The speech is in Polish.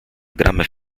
gramy